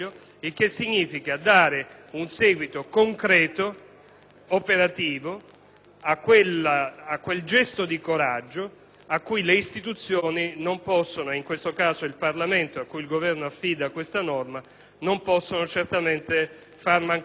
operativo a quel gesto di coraggio a cui le istituzioni, in questo caso il Parlamento a cui il Governo affida questa norma, non possono certamente fare mancare una risposta altrettanto concreta e operativa.